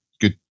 good